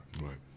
Right